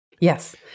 Yes